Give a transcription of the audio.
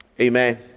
amen